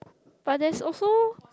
but there's also